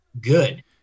good